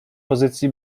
pozycji